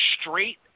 straight